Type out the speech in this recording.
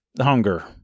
hunger